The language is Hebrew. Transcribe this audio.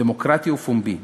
דמוקרטי ופומבי,